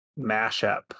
mashup